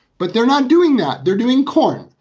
but they're not doing that. they're doing corn,